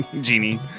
genie